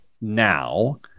now